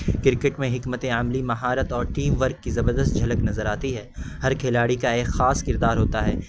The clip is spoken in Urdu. کرکٹ میں حکمت عملی مہارت اور ٹیم ورک کی زبردست جھلک نظر آتی ہے ہر کھلاڑی کا ایک خاص کردار ہوتا ہے